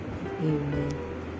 Amen